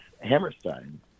Hammerstein